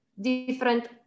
different